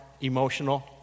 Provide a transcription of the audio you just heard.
emotional